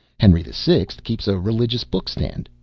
henry the sixth keeps a religious-book stand.